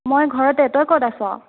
মই ঘৰতে তই ক'ত আছ'